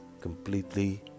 completely